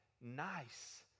nice